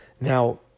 Now